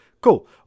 cool